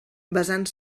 basant